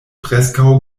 preskaŭ